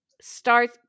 start